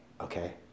Okay